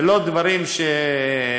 אלה לא דברים באספמיה,